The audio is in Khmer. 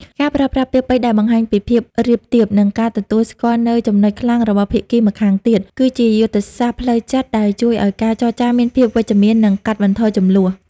ការប្រើប្រាស់ពាក្យពេចន៍ដែលបង្ហាញពីភាពរាបទាប និងការទទួលស្គាល់នូវចំណុចខ្លាំងរបស់ភាគីម្ខាងទៀត គឺជាយុទ្ធសាស្ត្រផ្លូវចិត្តដែលជួយឱ្យការចរចាមានភាពវិជ្ជមាន និងកាត់បន្ថយជម្លោះ។